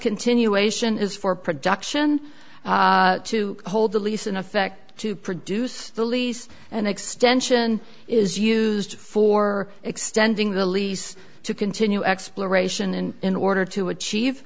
continuation is for production to hold the lease in effect to produce the lease an extension is used for extending the lease to continue exploration in order to achieve